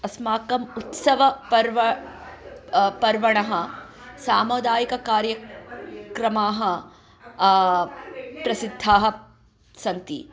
अस्माकम् उत्सवः पर्वणः पर्वणः सामुदायिक कार्यक्रमाः प्रसिद्धाः सन्ति